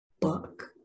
book